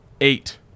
eight